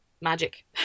magic